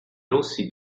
rossi